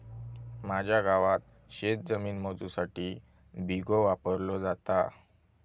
माझ्या गावात शेतजमीन मोजुसाठी बिघो वापरलो जाता